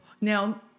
Now